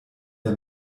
der